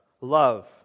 love